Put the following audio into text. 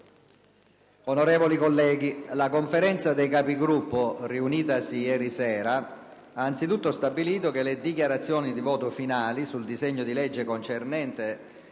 Onorevoli colleghi, la Conferenza dei Capigruppo, riunitasi ieri sera, ha anzitutto stabilito che le dichiarazioni di voto finali sul disegno di legge concernente